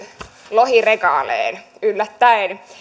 lohiregaleen yllättäen